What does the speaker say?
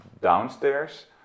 downstairs